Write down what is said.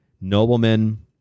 noblemen